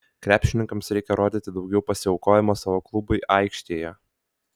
krepšininkams reikia rodyti daugiau pasiaukojimo savo klubui aikštėje